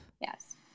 Yes